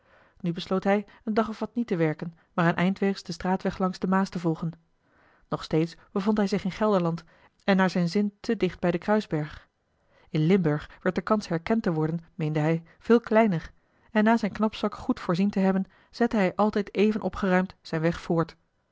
nu besloot hij een dag of wat niet te werken maar een eindweegs den straatweg langs de maas te volgen nog steeds bevond hij zich in gelderland en naar zijn zin te dicht bij den kruisberg in limburg werd de kans herkend te worden meende hij veel kleiner en na zijn knapzak goed voorzien te hebben zette hij altijd even opgeruimd zijn weg voort